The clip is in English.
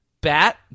Bat